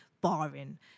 barring